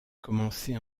commencé